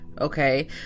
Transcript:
Okay